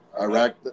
Iraq